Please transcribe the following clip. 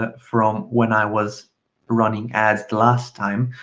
ah from when i was running ads last time,